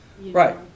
Right